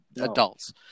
adults